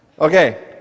Okay